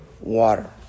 water